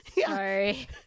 Sorry